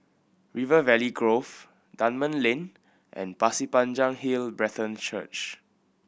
River Valley Grove Dunman Lane and Pasir Panjang Hill Brethren Church